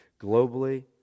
globally